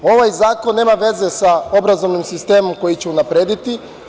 Ovaj zakon nema veze sa obrazovnim sistemom koji će unaprediti.